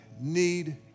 need